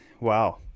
wow